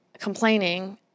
complaining